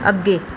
ਅੱਗੇ